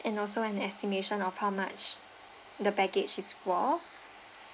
and also an estimation of how much the baggage is worth